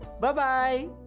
bye-bye